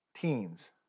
teens